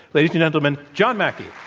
ladies and gentlemen, john mackey.